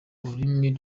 ururimi